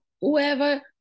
whoever